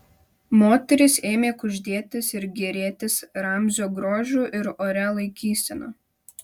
moterys ėmė kuždėtis ir gėrėtis ramzio grožiu ir oria laikysena